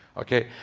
okay?